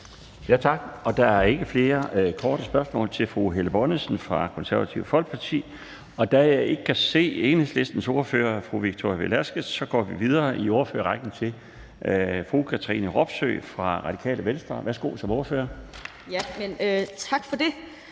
Tak. Der er ikke flere korte bemærkninger til fru Helle Bonnesen fra Det Konservative Folkeparti, og da jeg ikke kan se Enhedslistens ordfører, fru Victoria Velasquez, går vi videre i ordførerrækken til fru Katrine Robsøe fra Radikale Venstre. Værsgo til ordføreren. Kl.